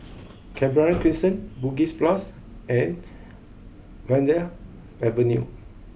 Canberra Crescent Bugis and Vanda Avenue